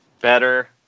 Better